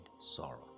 sorrow